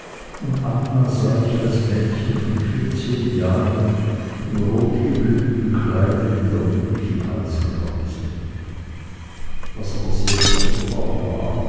und anna sah ich als mädchen von vierzehn jahren im rotgeblümten kleide mit der lieblichen halskrause was aber sehr sonderbar war